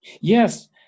Yes